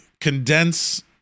condense